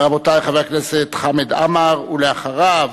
רבותי, חבר הכנסת חמד עמאר, ואחריו,